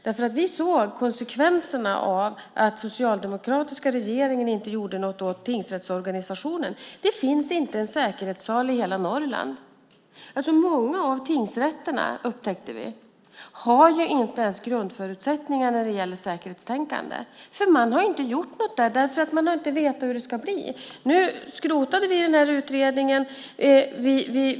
Vi har sett konsekvenserna av att den socialdemokratiska regeringen inte gjorde något åt tingsrättsorganisationen. Det finns inte en säkerhetssal i hela Norrland. Många av tingsrätterna, upptäckte vi, har inte ens grundförutsättningar när det gäller säkerhetstänkande. Man har inte gjort någonting, för man har inte vetat hur det ska bli. Nu skrotade vi utredningen.